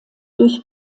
durch